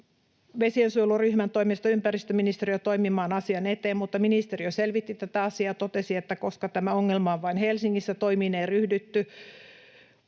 vesiensuojeluryhmän toimesta ympäristöministeriötä toimimaan asian eteen, mutta ministeriö selvitti tätä asiaa ja totesi, että koska tämä ongelma on vain Helsingissä, toimiin ei ryhdytty.